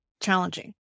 challenging